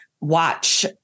watch